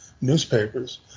newspapers